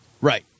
Right